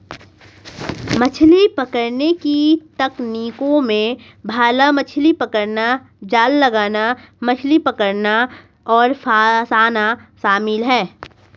मछली पकड़ने की तकनीकों में भाला मछली पकड़ना, जाल लगाना, मछली पकड़ना और फँसाना शामिल है